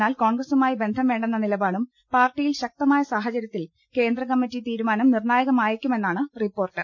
എന്നാൽ കോൺഗ്രസുമായി ബന്ധം വേണ്ടെന്ന നിലപാടും പാർട്ടിയിൽ ശക്തമായ സാഹചര്യത്തിൽ കേന്ദ്രകമ്മറ്റി തീരു മാനം നിർണായകമായേക്കുമെന്നാണ് റിപ്പോർട്ട്